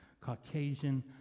Caucasian